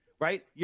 right